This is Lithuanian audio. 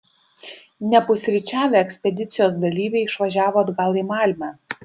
nepusryčiavę ekspedicijos dalyviai išvažiavo atgal į malmę